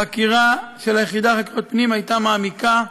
החקירה של היחידה לחקירות פנים הייתה מעמיקה,